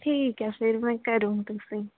ठीक ऐ फिर में करी ओड़गी तुसें ई